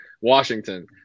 Washington